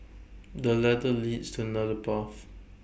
the ladder leads to another path